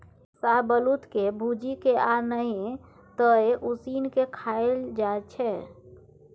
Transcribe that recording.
शाहबलुत के भूजि केँ आ नहि तए उसीन के खाएल जाइ छै